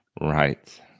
Right